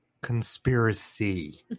Conspiracy